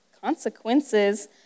consequences